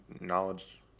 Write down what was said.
knowledge